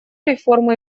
реформы